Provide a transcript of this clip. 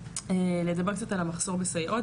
לדבר קצת על המחסור בסייעות,